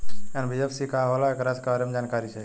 NBFC का होला ऐकरा बारे मे जानकारी चाही?